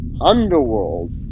underworld